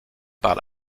par